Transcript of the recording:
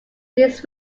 his